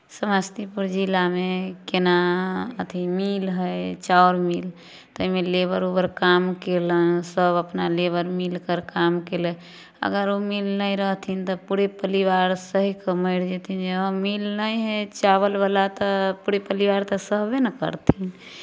समस्तीपुर जिलामे केना अथि मिल हइ चाउर मिल ताहिमे लेबर उबर काम कयलनि सभ अपना लेबर मिलकर काम कयलनि अगर ओ मिल नहि रहथिन तऽ पूरे परिवार सहित ओ मरि जयथिन जे हँ मिल नहि हइ चावलवला तऽ पूरे परिवार तऽ सहबे ने करथिन